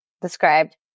described